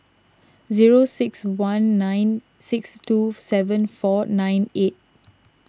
zero six one nine six two seven four nine eight